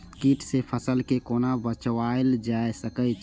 कीट से फसल के कोना बचावल जाय सकैछ?